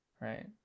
right